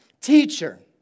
Teacher